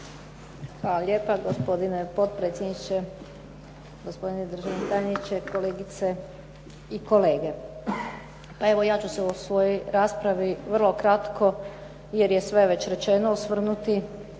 Hvala lijepa gospodine potpredsjedniče, gospodine državni tajniče, kolegice i kolege. Pa evo ja ću se u svojoj raspravi vrlo kratko jer je sve već rečeno osvrnuti